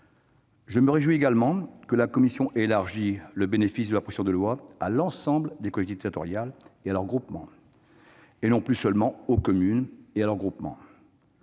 Je me réjouis également que la commission ait élargi le bénéfice de la proposition de loi à l'ensemble des collectivités territoriales et à leurs groupements, et non plus seulement aux communes et à leurs groupements.